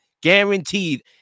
guaranteed